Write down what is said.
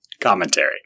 commentary